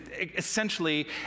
essentially